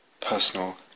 personal